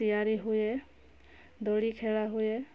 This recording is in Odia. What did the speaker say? ତିଆରି ହୁଏ ଦୋଳି ଖେଳା ହୁଏ